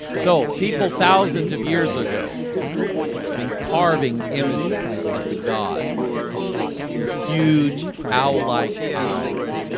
so people thousands of years ago been carving images of the gods but these huge owl like eyes